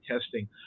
testing